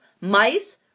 mice